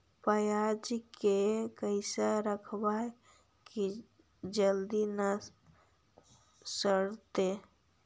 पयाज के कैसे रखबै कि जल्दी न सड़तै?